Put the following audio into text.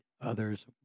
others